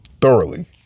thoroughly